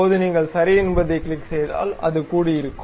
இப்போது நீங்கள் சரி என்பதைக் கிளிக் செய்தால் அது கூடியிருக்கும்